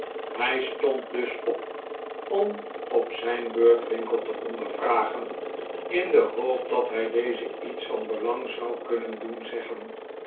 hij stond dus op om op zijn beurt winkle te ondervragen in de hoop dat hij dezen iets van belang zou kunnen doen zeggen